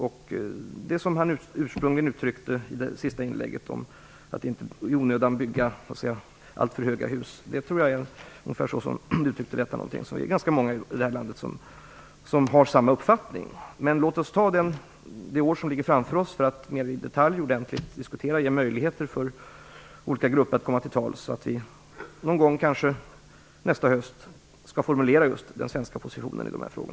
Andreas Carlgren sade i sitt sista inlägg att man inte i onödan skall bygga alltför höga hus. Det är ganska många i det här landet som har samma uppfattning. Men låt oss ta det år som ligger framför oss för att mer i detalj ordentligt diskutera och ge möjligheter för olika grupper att komma till tals, så att vi kanske någon gång nästa höst kan formulera den svenska positionen i dessa frågor.